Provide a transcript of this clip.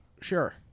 sure